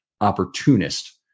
opportunist